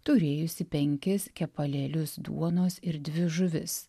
turėjusį penkis kepalėlius duonos ir dvi žuvis